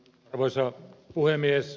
arvoisa puhemies